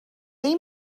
این